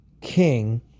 king